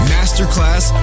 Masterclass